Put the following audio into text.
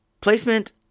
Placement